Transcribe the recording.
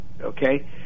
okay